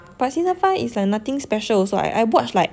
but season five is like nothing special also [what] I watch like